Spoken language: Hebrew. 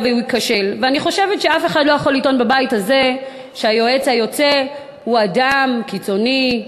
אני חושבת שאף אחד בבית הזה לא יכול לטעון שהיועץ היוצא הוא אדם קיצוני,